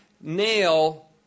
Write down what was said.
nail